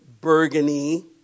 burgundy